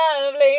lovely